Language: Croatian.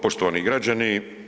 Poštovani građani.